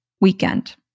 weekend